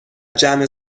جمع